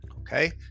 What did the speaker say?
okay